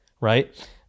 right